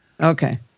Okay